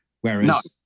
Whereas